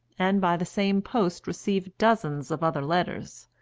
and by the same post received dozens of other letters.